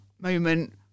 moment